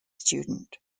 student